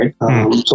right